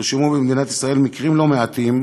נרשמו במדינת ישראל מקרים לא מעטים